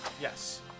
Yes